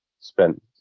spent